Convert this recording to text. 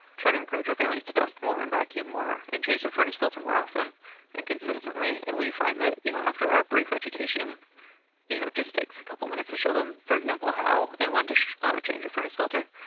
trying to encourage their families to dust more and vacuum more and change their furnace filter more often and consistently, and we find that you know after our brief education, it you know just takes a couple minutes to show them, for example, how and when to change the furnace filter.